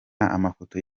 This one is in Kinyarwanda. amafoto